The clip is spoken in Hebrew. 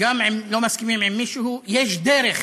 יש דרך